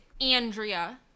Andrea